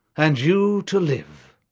and you to live.